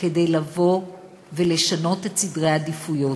לבוא ולשנות את סדרי העדיפויות: